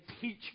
teach